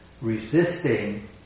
resisting